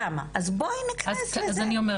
אז אני אומרת,